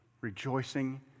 rejoicing